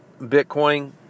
Bitcoin